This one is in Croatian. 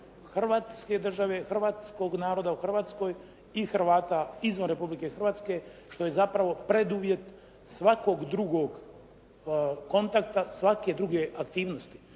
Hrvatske države, Hrvatskog naroda u Hrvatskoj i Hrvata izvan Republike Hrvatske što je zapravo preduvjet svakog drugog kontakta, svake druge aktivnosti